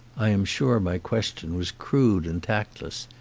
i am sure my question was crude and tactless,